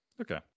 Okay